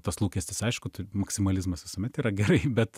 tas lūkestis aišku tai maksimalizmas visuomet yra gerai bet